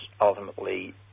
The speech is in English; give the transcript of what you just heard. ultimately